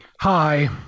Hi